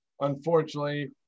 unfortunately